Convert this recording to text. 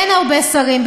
אין הרבה שרים,